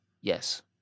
Yes